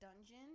dungeon